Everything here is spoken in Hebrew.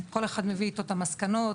כל אחד מביא איתו את המסקנות,